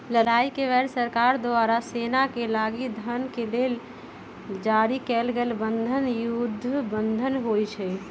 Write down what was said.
लड़ाई के बेर सरकार द्वारा सेनाके लागी धन के लेल जारी कएल गेल बन्धन युद्ध बन्धन होइ छइ